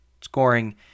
scoring